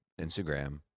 Instagram